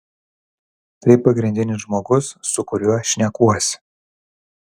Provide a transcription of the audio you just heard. tai pagrindinis žmogus su kuriuo šnekuosi